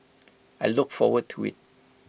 I look forward to IT